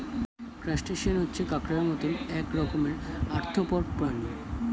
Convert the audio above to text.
crustacean হচ্ছে কাঁকড়ার মত এক রকমের আর্থ্রোপড প্রাণী